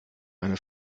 eine